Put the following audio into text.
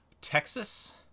Texas